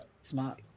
Smart